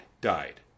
Died